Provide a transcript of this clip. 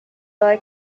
like